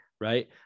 Right